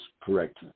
correct